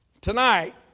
Tonight